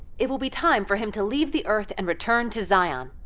it will be time for him to leave the earth and return to zion.